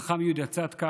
חכם יהודה צדקה